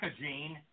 gene